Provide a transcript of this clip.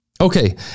Okay